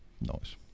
Nice